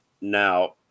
Now